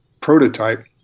prototype